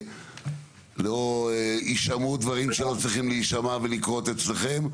לאור יישמעו דברים שלא צריכים להישמע ולקרות אצלכם,